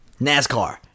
NASCAR